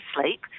sleep